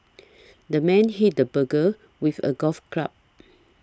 the man hit the burglar with a golf club